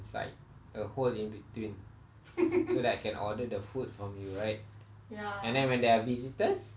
it's like a hole in between so that I can order the food from you right and then when there are visitors